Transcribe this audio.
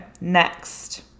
next